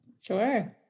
Sure